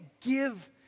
give